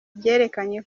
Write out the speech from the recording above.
byerekanye